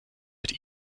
mit